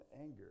anger